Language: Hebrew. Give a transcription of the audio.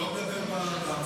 אתה לא מדבר בהצעה?